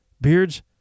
beards